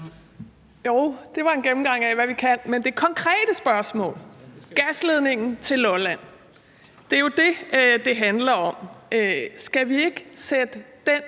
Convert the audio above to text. Jo, det var en gennemgang af, hvad vi kan. Men det konkrete spørgsmål går på gasledningen til Lolland. Det er jo den, det handler om. Skal vi ikke sætte den